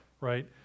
right